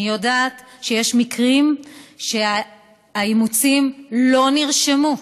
אני יודעת שיש מקרים שהאימוצים לא נרשמו,